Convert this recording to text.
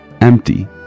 empty